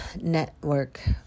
Network